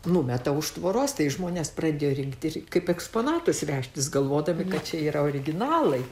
numeta už tvoros tai žmonės pradėjo rinkti ir kaip eksponatus vežtis galvodami kad čia yra originalai